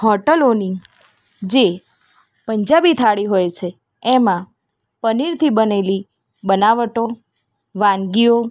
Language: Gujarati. હોટૅલોની જે પંજાબી થાળી હોય છે એમાં પનીરથી બનેલી બનાવટો વાનગીઓ